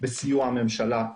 בסיוע הממשלה,